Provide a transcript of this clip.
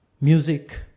music